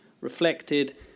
reflected